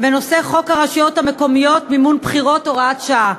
הצעת חוק הרשויות המקומיות (מימון בחירות) (הוראת שעה).